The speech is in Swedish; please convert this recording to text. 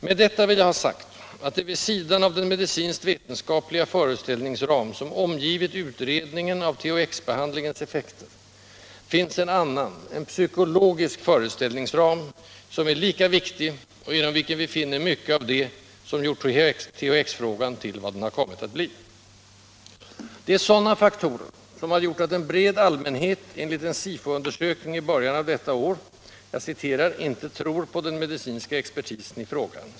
Med detta vill jag ha sagt att det vid sidan av den medicinskt-vetenskapliga föreställningsram, som omgivit utredningen av THX-behandlingens effekter, finns en annan, en psykologisk föreställningsram, som är lika viktig och inom vilken vi finner mycket av det som gjort THX-frågan till vad den har kommit att bli. Det är sådana faktorer som har gjort att en bred allmänhet enligt en SIFO-undersökning i början av detta år ”inte tror på den medicinska expertisen i frågan”.